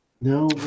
no